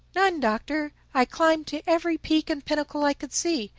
none, doctor. i climbed to every peak and pinnacle i could see.